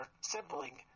sibling